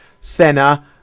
Senna